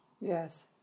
Yes